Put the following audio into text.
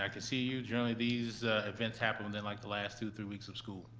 i can see yeah generally these events happened within like the last two, three weeks of school.